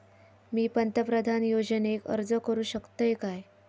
मी पंतप्रधान योजनेक अर्ज करू शकतय काय?